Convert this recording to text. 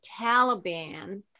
Taliban